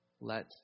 Let